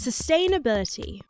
Sustainability